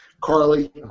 Carly